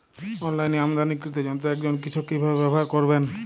অনলাইনে আমদানীকৃত যন্ত্র একজন কৃষক কিভাবে ব্যবহার করবেন?